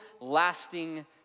lasting